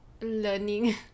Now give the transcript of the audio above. Learning